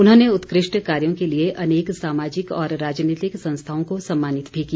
उन्होंने उत्कृष्ट कार्यों के लिए अनेक सामाजिक और राजनीतिक संस्थाओं को सम्मानित भी किया